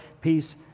peace